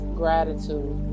gratitude